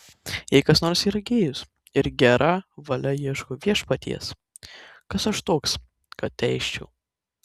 jei kas nors yra gėjus ir gera valia ieško viešpaties kas aš toks kad teisčiau